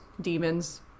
demons